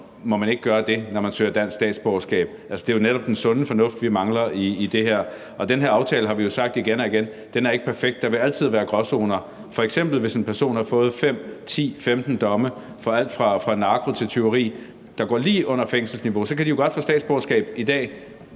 må man ikke gøre det, når folk søger dansk statsborgerskab? Det er jo netop den sunde fornuft, vi mangler i det her. Den her aftale har vi jo igen og igen sagt ikke er perfekt. Der vil altid være gråzoner. Hvis f.eks. en person har fået 5, 10, 15 domme for alt fra narko til tyveri, der går lige under fængselsniveau, så kan vedkommende jo godt få statsborgerskab i dag.